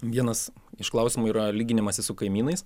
vienas iš klausimų yra lyginimasis su kaimynais